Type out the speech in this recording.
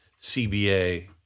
CBA